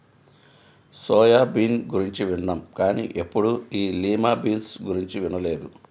soya bean గురించి విన్నాం కానీ ఎప్పుడూ ఈ లిమా బీన్స్ గురించి వినలేదు